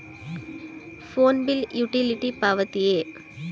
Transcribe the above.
Phone bill utility ಪಾವತಿಯೇ?